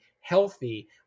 healthy